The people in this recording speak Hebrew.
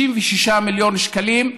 66 מיליון שקלים.